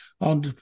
on